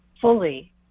fully